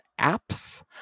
apps